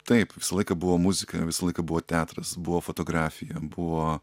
taip visą laiką buvo muzika visą laiką buvo teatras buvo fotografija buvo